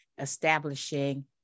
establishing